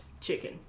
chicken